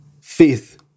faith